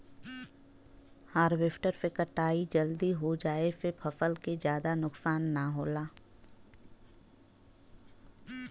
harvester से कटाई जल्दी हो जाये से फसल के जादा नुकसान न होला